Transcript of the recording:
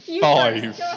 five